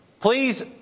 Please